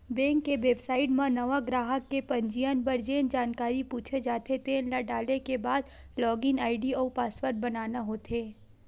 bank के website म नवा गराहक के पंजीयन बर जेन जानकारी पूछे जाथे तेन ल डाले के बाद लॉगिन आईडी अउ पासवर्ड बनाना होथे